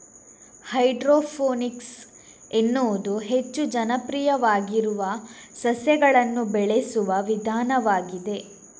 hydroponics ಎನ್ನುವುದು ಹೆಚ್ಚು ಜನಪ್ರಿಯವಾಗಿರುವ ಸಸ್ಯಗಳನ್ನು ಬೆಳೆಸುವ ವಿಧಾನವಾಗಿದೆ